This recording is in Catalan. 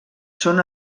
són